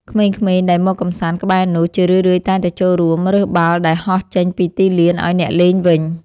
ក្មេងៗដែលមកកម្សាន្តក្បែរនោះ ជារឿយៗតែងតែចូលរួមរើសបាល់ដែលហោះចេញពីទីលានឱ្យអ្នកលេងវិញ។